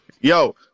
Yo